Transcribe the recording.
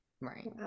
Right